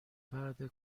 بعده